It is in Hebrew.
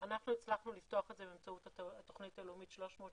אנחנו הצלחנו לפתוח את זה באמצעות התוכנית הלאומית 360